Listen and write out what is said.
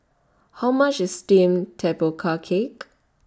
How much IS Steamed Tapioca Cake